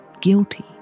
guilty